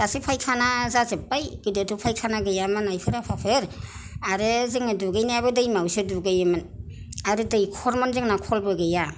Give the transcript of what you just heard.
दासो फायखाना जाजोबबाय गोदोथ' फायखाना गैयामोन आयफोर आफाफोर आरो जोङो दुगैनायाबो दैमायावसो दुगैयोमोन आरो दैखरमोन जोंना खलबो गैया